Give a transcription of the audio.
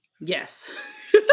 Yes